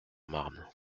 marne